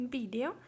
video